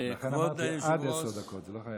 לכן אמרתי עד עשר דקות, לא חייבים.